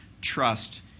trust